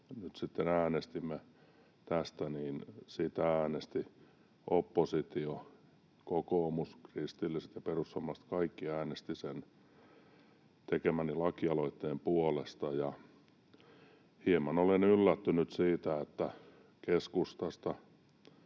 nyt sitten äänestimme tästä, niin siitä äänestivät oppositio, kokoomus, kristilliset ja perussuomalaiset, he kaikki äänestivät sen tekemäni lakialoitteen puolesta ja — hieman olen yllättynyt siitä — keskustasta